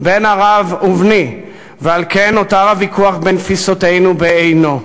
"בן ערב ובני" ועל כן נותר הוויכוח בין תפיסותינו בעינו.